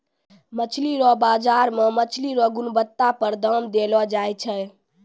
मछली रो बाजार मे मछली रो गुणबत्ता पर दाम देलो जाय छै